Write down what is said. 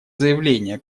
заявление